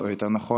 או יותר נכון,